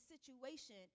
situation